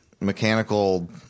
mechanical